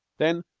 then,